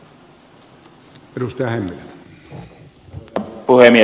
arvoisa puhemies